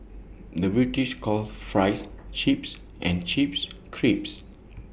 the British calls Fries Chips and chips